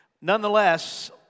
Nonetheless